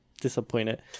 disappointed